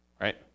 right